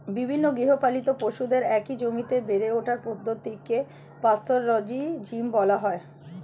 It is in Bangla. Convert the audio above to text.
বিভিন্ন গৃহপালিত পশুদের একই জমিতে বেড়ে ওঠার পদ্ধতিকে পাস্তোরেলিজম বলা হয়